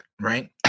right